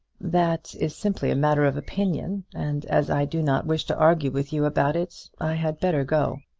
that is simply a matter of opinion, and as i do not wish to argue with you about it, i had better go.